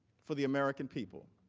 for the american people.